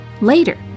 Later